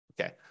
Okay